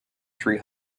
three